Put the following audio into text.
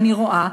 אני רואה